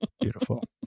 Beautiful